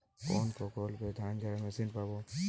কোনপ্রকল্পে ধানঝাড়া মেশিন পাব?